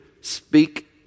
speak